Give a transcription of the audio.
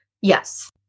Yes